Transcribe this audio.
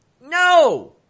No